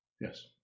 Yes